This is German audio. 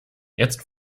jetzt